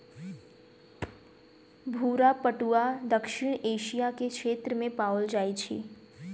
भूरा पटुआ दक्षिण एशिया के क्षेत्र में पाओल जाइत अछि